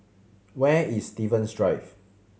where is Stevens Drive